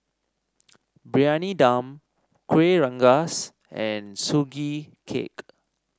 Briyani Dum Kueh Rengas and Sugee Cake